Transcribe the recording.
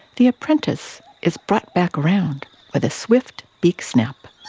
the apprentice is brought back around with a swift beak snap.